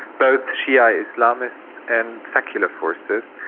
both shia islamists and secular forces,